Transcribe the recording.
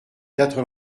quatre